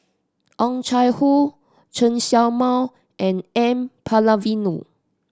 Oh Chai Hoo Chen Show Mao and N Palanivelu